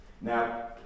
Now